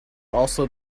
also